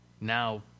now